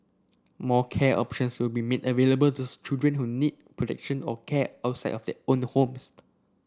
more care options will be made available to children who need protection or care outside of their own the homes